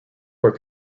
were